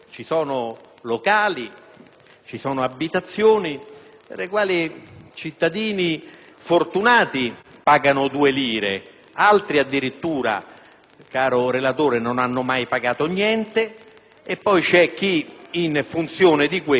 e abitazioni per i quali i cittadini fortunati pagano due lire, mentre altri addirittura, caro relatore, non hanno mai pagato niente; e poi c'è chi, in funzione di questo, approfitta